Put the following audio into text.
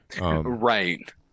Right